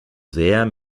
sehr